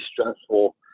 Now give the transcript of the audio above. stressful